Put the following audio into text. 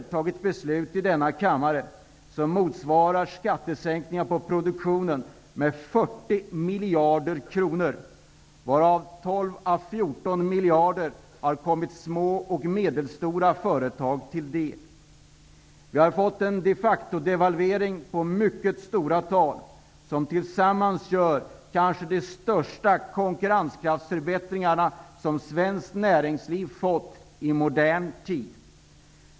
Vi har fattat beslut i denna kammare som motsvarar skattesänkningar på produktionen med 40 miljarder kronor, varav 12 à 14 miljarder har kommit små och medelstora företag till del. Vi har fått en de factoavdevalvering på mycket stora tal som medfört de kanske största konkurrensförbättringarna för svenskt näringsliv i modern tid.